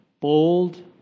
bold